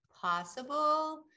possible